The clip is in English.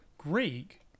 greek